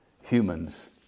humans